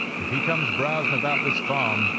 if he comes browsing about this farm,